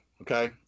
Okay